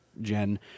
Jen